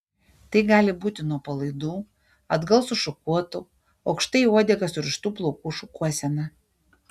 tai gali būti nuo palaidų atgal sušukuotų aukštai į uodegą surištų plaukų šukuosena